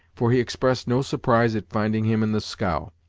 for he expressed no surprise at finding him in the scow.